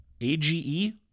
age